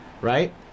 right